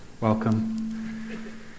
Welcome